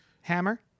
hammer